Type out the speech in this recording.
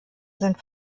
sind